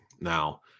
Now